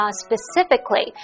specifically